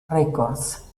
records